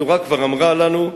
התורה כבר אמרה לנו: